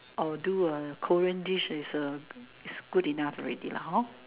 or do a Korean dish is uh is good enough already lah hor